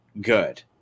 good